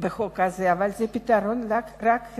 בחוק הזה, אבל זה רק פתרון חלקי.